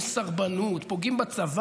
הציבור מדמיין ואתה צודק.